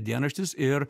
dienraštis ir